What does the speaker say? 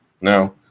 no